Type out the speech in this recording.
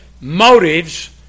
Motives